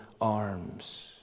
arms